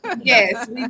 Yes